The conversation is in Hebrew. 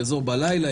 יעזור בלילה,